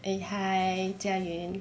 eh hi jia yuan